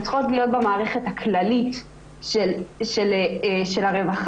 צריכות להיות במערכת הכללית של הרווחה.